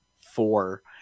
four